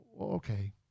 okay